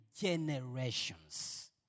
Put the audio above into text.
generations